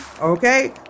okay